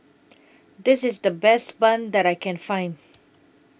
This IS The Best Bun that I Can Find